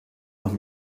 nach